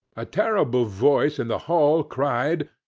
a terrible voice in the hall cried,